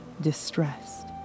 distressed